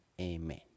Amen